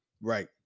Right